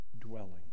dwelling